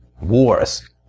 wars